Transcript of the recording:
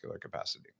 capacity